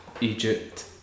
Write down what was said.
Egypt